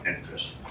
interest